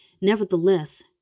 Nevertheless